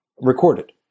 recorded